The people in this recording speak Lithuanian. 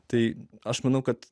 tai aš manau kad